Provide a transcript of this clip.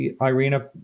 Irina